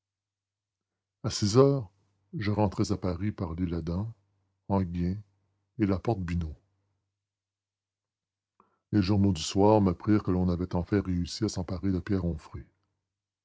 six heures je rentrais à paris par l'isle-adam enghien et la porte bineau les journaux du soir m'apprirent que l'on avait enfin réussi à s'emparer de pierre